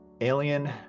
Alien